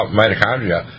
mitochondria